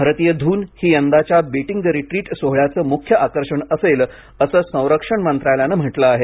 भारतीय धून ही यंदाच्या बीटिंग द रिट्रीट सोहळ्याचं मुख्य आकर्षण असेल असं संरक्षण मंत्रालयानं म्हटलं आहे